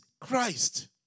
Christ